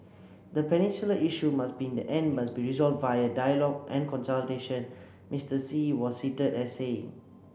the peninsula issue must be in the end be resolved via dialogue and consultation Mister Xi was as saying